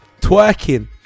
twerking